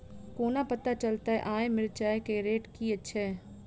कोना पत्ता चलतै आय मिर्चाय केँ रेट की छै?